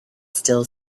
still